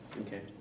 Okay